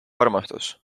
armastus